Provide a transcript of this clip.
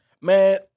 Man